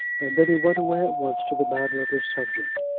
and then he went away at once to the matter of his subject.